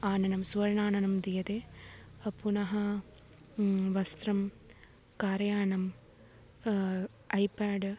आननं सुवर्णाननं दीयते पुनः वस्त्रं कारयानं ऐ प्याड्